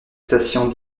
stations